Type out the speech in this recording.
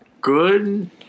good